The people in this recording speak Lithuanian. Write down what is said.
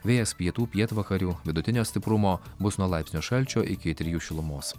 vėjas pietų pietvakarių vidutinio stiprumo bus nuo laipsnio šalčio iki trijų šilumos